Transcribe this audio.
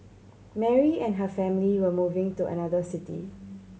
Mary and her family were moving to another city